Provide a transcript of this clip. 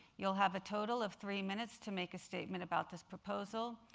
you'll have a total of three minutes to make a statement about this proposal.